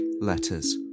letters